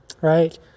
right